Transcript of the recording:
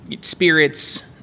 spirits